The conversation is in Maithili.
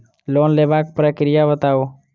लोन लेबाक प्रक्रिया बताऊ?